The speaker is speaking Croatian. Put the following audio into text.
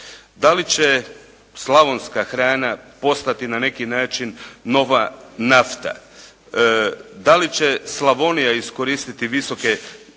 Da li će slavonska hrana postati na neki način nova nafta. Da li će Slavonija iskoristiti visoke